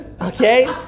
Okay